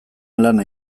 lana